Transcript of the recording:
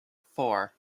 four